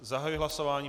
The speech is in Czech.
Zahajuji hlasování.